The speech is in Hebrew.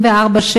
7/24,